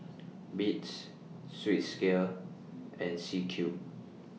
Beats Swissgear and C Cube